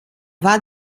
war